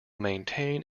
maintain